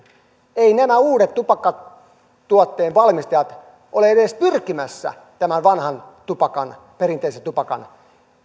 eivät nämä uudet tupakkatuotteen valmistajat ole edes pyrkimässä tämän vanhan tupakan perinteisen tupakan